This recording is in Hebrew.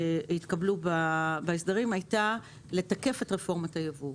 שהתקבלו בהסדרים הייתה לתקף את רפורמת הייבוא.